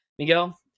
Miguel